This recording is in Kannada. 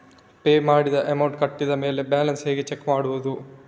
ಪೇ ಮಾಡಿದ ಅಮೌಂಟ್ ಕಟ್ಟಿದ ಮೇಲೆ ಬ್ಯಾಲೆನ್ಸ್ ಹೇಗೆ ಚೆಕ್ ಮಾಡುವುದು?